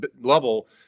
level